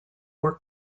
were